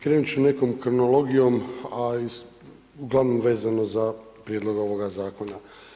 Krenut ću nekom kronologijom a uglavnom vezano za prijedlog ovoga zakona.